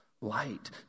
light